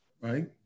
right